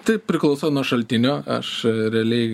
tai priklauso nuo šaltinio aš realiai